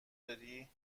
داری